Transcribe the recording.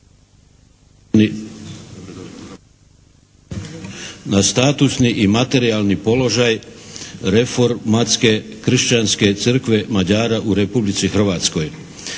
na statusni i materijalni položaj Reformatorske kršćanske crkve Mađara u Republici Hrvatskoj.